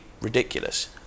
ridiculous